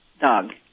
dog